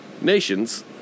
nations